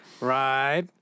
right